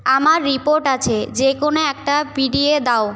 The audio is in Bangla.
আমার রিপোর্ট আছে যেকোনও একটা পিডিএ দাও